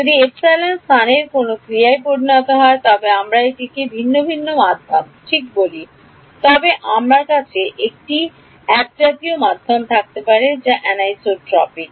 যদি ε স্থানের কোনও ক্রিয়ায় পরিণত হয় তবে আমরা এটিকে ভিন্ন ভিন্ন মধ্যমঠিক বলি তবে আমার কাছে একটি একজাতীয় মাধ্যম থাকতে পারে যা অ্যানিসোট্রপিক